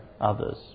others